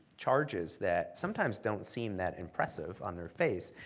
charges that sometimes don't seem that impressive on their face,